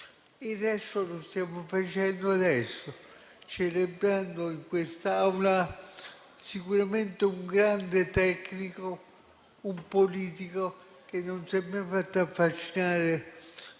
Il resto lo stiamo facendo adesso, celebrando in questa Aula sicuramente un grande tecnico, un politico, che non si è mai fatto affascinare